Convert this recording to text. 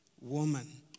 woman